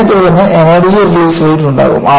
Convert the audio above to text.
ഇതിനെ തുടർന്ന് energy release rate ഉണ്ടാകും